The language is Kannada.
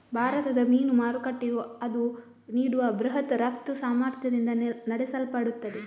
ಭಾರತದ ಮೀನು ಮಾರುಕಟ್ಟೆಯು ಅದು ನೀಡುವ ಬೃಹತ್ ರಫ್ತು ಸಾಮರ್ಥ್ಯದಿಂದ ನಡೆಸಲ್ಪಡುತ್ತದೆ